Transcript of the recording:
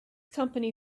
company